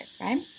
right